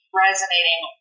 resonating